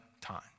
time